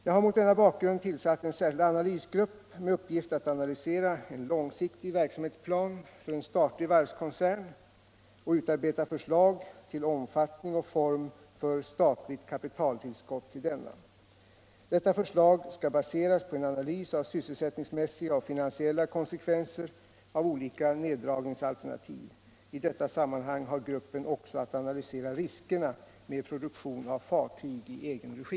Jag har mot denna bakgrund tillsatt en särskild analysgrupp med uppgift att analysera en långsiktig verksamhetsplan för en statlig varvskon 103 cern och utarbeta förslag till omfattning och form för statligt kapitaltillskott till denna. Detta förslag skall baseras på en analys av sysselsättningsmässiga och finansiella konsekvenser av olika neddragningsalternativ. I det sammanhanget har gruppen också att analysera riskerna med produktion av fartyg i egen regi.